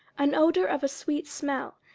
an odour of a sweet smell,